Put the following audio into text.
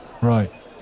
right